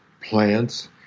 plants